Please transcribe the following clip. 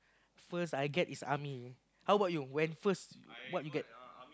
first I get is army how about you when first what you get